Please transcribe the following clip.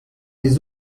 des